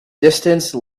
distance